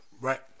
right